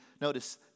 notice